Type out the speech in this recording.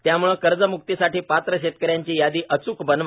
त्यामुळे कर्जमुक्तीसाठी पात्र शेतकऱ्यांची यादी अचूक बनवा